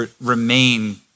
remain